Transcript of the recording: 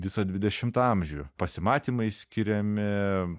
visą dvidešimtą amžių pasimatymai skiriami